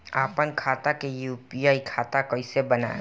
आपन खाता के यू.पी.आई खाता कईसे बनाएम?